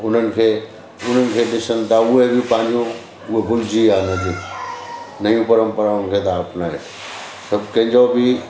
उन्हनि खे उन्हनि खे ॾिसनि था उहे बि पंहिंजो उहा भुलिजी विया आहिनि अॼु नयूं परंपराउनि खे त अपनाइणु सभु कंहिंजो बि